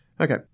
Okay